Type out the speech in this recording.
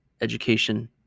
education